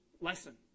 lesson